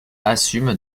assume